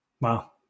Wow